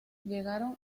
llegaron